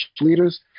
leaders